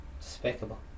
Despicable